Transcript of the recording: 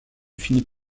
finit